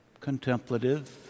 contemplative